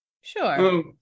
sure